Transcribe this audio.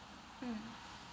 mm